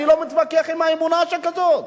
אני לא מתווכח עם אמונה שכזאת.